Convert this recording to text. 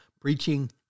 preaching